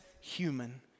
human